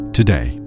today